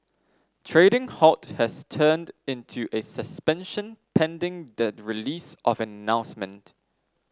trading halt has turned into a suspension pending the release of an announcement